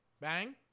Bang